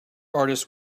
artist